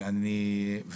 ואני,